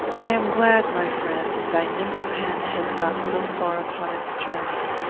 i am glad, my friend, thy nimble pen has got so far upon its journey.